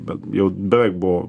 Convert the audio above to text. bet jau beveik buvo